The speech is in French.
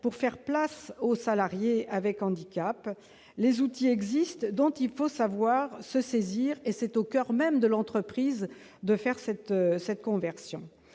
pour faire place aux salariés avec handicap. Les outils existent, il faut savoir s'en saisir et c'est au coeur même de l'entreprise que cette conversion